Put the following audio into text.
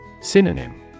Synonym